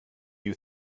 you